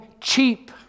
cheap